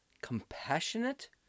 Compassionate